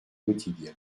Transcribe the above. quotidien